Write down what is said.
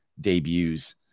debuts